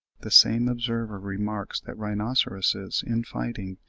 the same observer remarks that rhinoceroses in fighting,